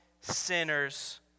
sinners